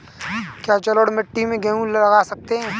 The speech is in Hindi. क्या जलोढ़ मिट्टी में गेहूँ लगा सकते हैं?